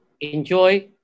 Enjoy